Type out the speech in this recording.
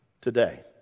today